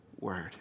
word